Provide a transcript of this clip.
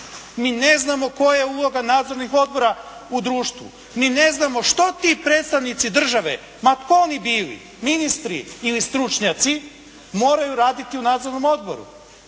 Mi ne znamo koja je uloga nadzornih odbora u društvu. Mi ne znamo što ti predstavnici države, ma tko oni bili, ministri ili stručnjaci, moraju raditi u nadzornom odboru.